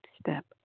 step